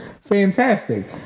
Fantastic